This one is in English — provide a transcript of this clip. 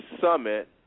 Summit